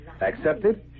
Accepted